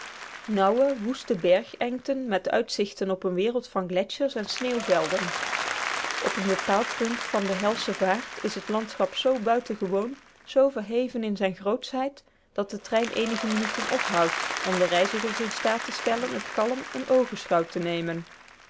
nauwe woeste bergengten met uitzichten op een wereld van gletschers en sneeuwvelden op een bepaald punt van de helsche vaart is het landschap zoo buitengewoon zoo verheven in zijne grootschheid dat de trein eenige minuten ophoudt om de reizigers in staat te stellen het kalm in oogenschouw te nemen